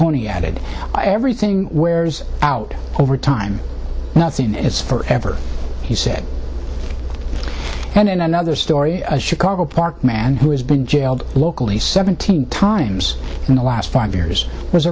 corny added everything wears out over time nothing is forever he said and in another story a chicago park man who has been jailed locally seventeen times in the last five years was